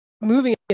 moving